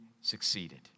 succeeded